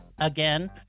again